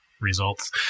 results